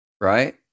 right